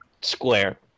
square